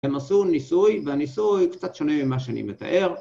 ‫הם עשו ניסוי, והניסוי ‫קצת שונה ממה שאני מתאר.